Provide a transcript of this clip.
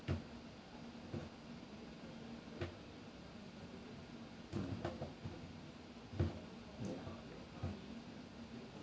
mm ya